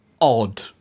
odd